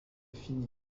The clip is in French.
fini